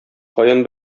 каян